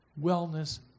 wellness